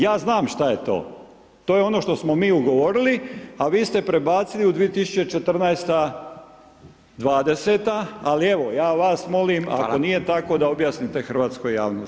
Ja znam šta je to, to je ono što smo mi ugovorili, a vi ste prebacili u 2014., 20.-ta, ali evo, ja vas molim [[Upadica: Hvala]] ako nije tako da objasnite hrvatskoj javnosti.